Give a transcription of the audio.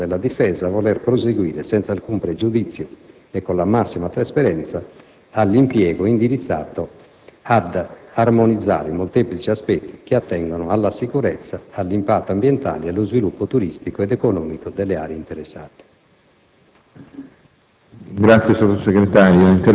i senatori interroganti riguardo al fermo intendimento della Difesa a voler proseguire, senza alcun pregiudizio e con la massima trasparenza, nell'impegno indirizzato ad armonizzare i molteplici aspetti che attengono alla sicurezza, all'impatto ambientale ed allo sviluppo turistico ed economico delle aree interessate.